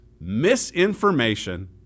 misinformation